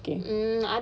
okay